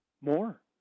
More